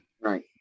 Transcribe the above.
Right